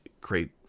create